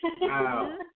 Wow